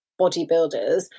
bodybuilders